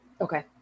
okay